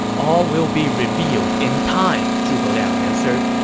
all will be revealed in time, zhuge liang answered.